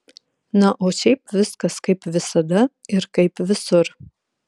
na o šiaip viskas kaip visada ir kaip visur